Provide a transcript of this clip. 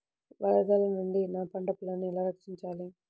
వరదల నుండి నా పంట పొలాలని ఎలా రక్షించాలి?